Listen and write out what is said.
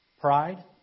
pride